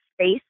space